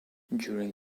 during